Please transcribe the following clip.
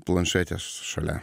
planšetes šalia